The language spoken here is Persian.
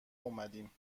اومدیم